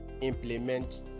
implement